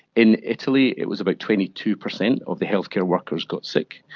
in italy it was about twenty two percent of the healthcare workers got sick.